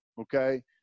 okay